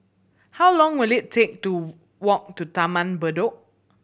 how long will it take to walk to Taman Bedok